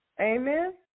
amen